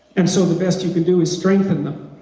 and so the best you can do is strengthen them.